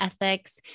ethics